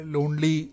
Lonely